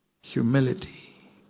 Humility